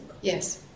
Yes